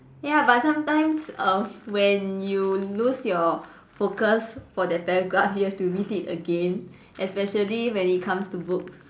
ya but sometimes err when you lose your focus for that paragraph you have to read it again especially when it comes to books